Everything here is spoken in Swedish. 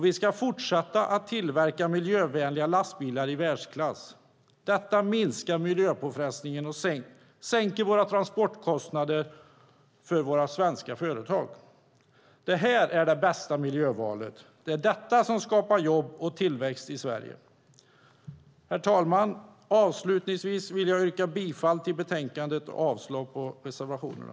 Vi ska fortsätta att tillverka miljövänliga lastbilar i världsklass. Detta minskar miljöpåfrestningen och sänker våra transportkostnader för de svenska företagen. Det här är det bästa miljövalet som skapar jobb och tillväxt i Sverige. Herr talman! Avslutningsvis vill jag yrka bifall till förslaget i betänkandet och avslag på reservationerna.